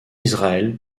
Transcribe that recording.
israël